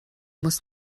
muss